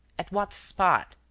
at what spot?